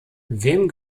wem